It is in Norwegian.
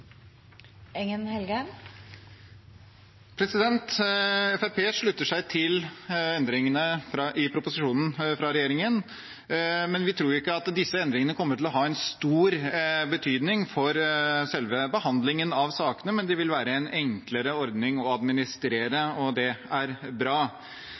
slutter seg til endringene i proposisjonen fra regjeringen. Vi tror ikke at disse endringene kommer til å ha stor betydning for selve behandlingen av sakene, men det vil være en enklere ordning å administrere, og det er bra.